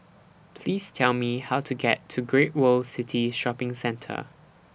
Please Tell Me How to get to Great World City Shopping Centre